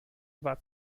war